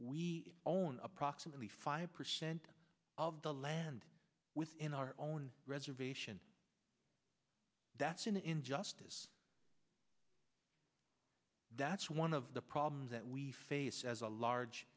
we own approximately five percent of the land within our own reservation that's an injustice that's one of the problems that we face as a large